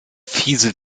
fieselt